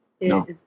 No